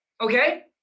Okay